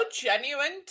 genuine